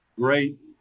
great